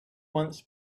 months